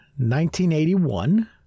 1981